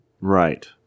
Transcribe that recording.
Right